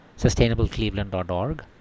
sustainablecleveland.org